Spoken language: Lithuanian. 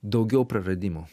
daugiau praradimų